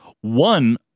One